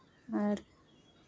ᱟᱨ